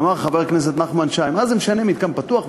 אמר חבר הכנסת נחמן שי: מה זה משנה מתקן פתוח,